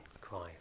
cries